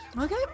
Okay